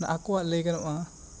ᱟᱠᱚᱣᱟᱜ ᱞᱟᱹᱭ ᱜᱟᱱᱚᱜ ᱟ